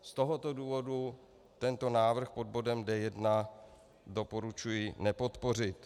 Z tohoto důvodu tento návrh pod bodem D1 doporučuji nepodpořit.